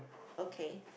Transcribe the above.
okay